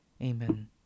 Amen